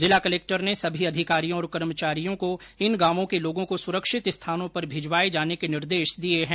जिला कलेक्टर ने सभी अधिकारियों और कर्मचारियों को इन गांवों के लोगों को सुरक्षित स्थानों पर भिजवाये जाने के निर्देश दिये हैं